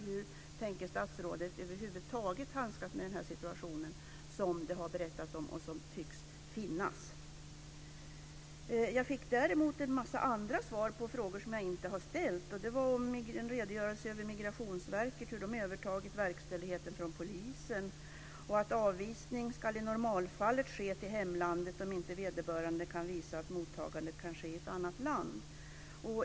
Hur tänker statsrådet över huvud taget handskas med den situation som det har berättats om och som tycks föreligga? Däremot fick jag svar på en massa andra frågor som jag inte har ställt. Jag fick en redogörelse för att Migrationsverket övertagit verkställigheten från polisen och för att avvisning i normalfallet ska ske till hemlandet, om inte vederbörande kan visa att mottagande kan ske i ett annat land.